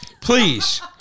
Please